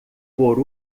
por